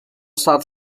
staat